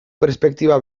perspektiba